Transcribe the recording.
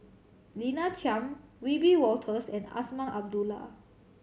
Lina Chiam Wiebe Wolters and Azman Abdullah